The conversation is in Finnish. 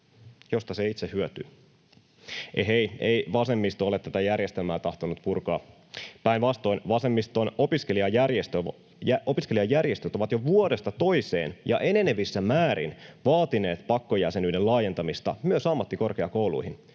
josta se itse hyötyy? Ehei, ei vasemmisto ole tätä järjestelmää tahtonut purkaa, päinvastoin vasemmiston opiskelijajärjestöt ovat jo vuodesta toiseen ja enenevissä määrin vaatineet pakkojäsenyyden laajentamista myös ammattikorkeakouluihin,